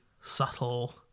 subtle